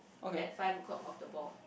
at five o-clock of the ball